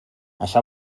això